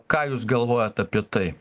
ką jūs galvojat apie tai